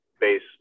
base